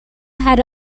had